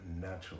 natural